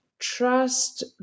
trust